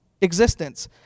existence